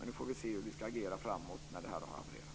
Nu får vi se hur vi ska agera framåt när det här har havererat.